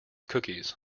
cookies